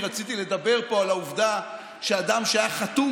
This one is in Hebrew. אני רציתי לדבר פה על העובדה שאדם שהיה חתום